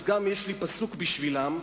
גם יש לי פסוק בשבילם,